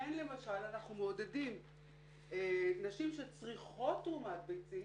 לכן למשל אנחנו מעודדים נשים שצריכות תרומת ביצית